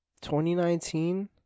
2019